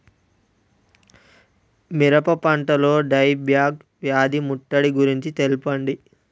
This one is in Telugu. మిరప పంటలో డై బ్యాక్ వ్యాధి ముట్టడి గురించి తెల్పండి?